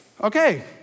Okay